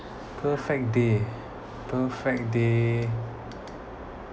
perfect day perfect day